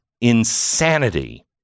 insanity